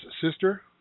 sister